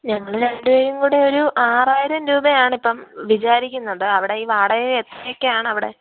ഞങ്ങൾ രണ്ട് പേരും കൂടെ ഒരു ആറായിരം രൂപയാണ് ഇപ്പം വിചാരിക്കുന്നത് അവിടെ ഈ വാടക എത്രയൊക്കെ ആണവിടെ